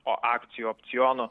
o akcijų opcionų